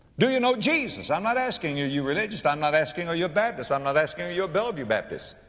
do you know jesus? i'm not asking are you religious. i'm not asking are you a baptist. i'm not asking are you a bellevue baptist.